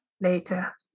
Later